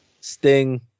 Sting